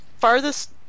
farthest